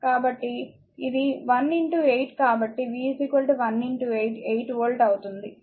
కాబట్టి ఇది 1 8 కాబట్టి v 1 8 8 వోల్ట్ అవుతుంది